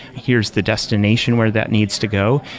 here's the destination where that needs to go,